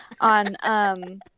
On